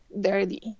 *Dirty*